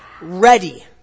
ready